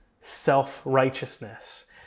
self-righteousness